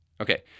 Okay